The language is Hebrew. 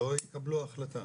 לא יקבלו החלטה